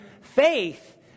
faith